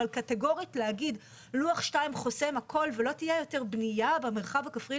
אבל קטגורית להגיד לוח2 חוסם הכול ולא תהיה יותר בנייה במרחב הכפרי,